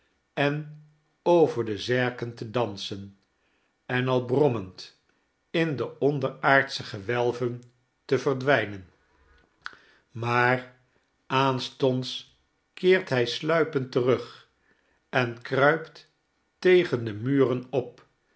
en over de zerken te dansen en al brommend in de onderaardsche gewelven te verdwijnen maar aanstonds keert hij sluipend terug en kruipt tegen de muren op